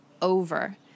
over